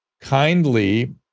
kindly